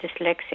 dyslexic